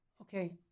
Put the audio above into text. okay